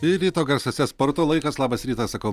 ir ryto garsuose sporto laikas labas rytas sakau